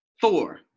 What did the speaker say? Four